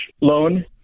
loan